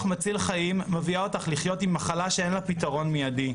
מציל חיים מביאה אותך לחיות עם מחלה שאין לה פיתרון מיידי.